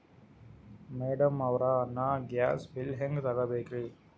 Madam ಅವ್ರ, ನಾ gas bill ಹೆಂಗ ತುಂಬಾ ಬೇಕ್ರಿ?